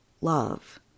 love